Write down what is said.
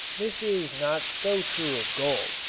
this is not so true of gold,